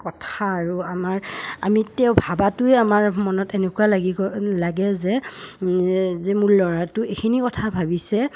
কথা আৰু আমাৰ আমি তেওঁ ভাবাটোৱে আমাৰ মনত এনেকুৱা লাগি গ লাগে যে যে মোৰ ল'ৰাটো এইখিনি কথা ভাবিছে